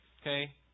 okay